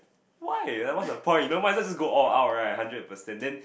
why like what's the point you know might as well just go all out right hundred percent then